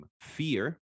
fear